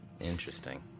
Interesting